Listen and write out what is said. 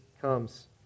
comes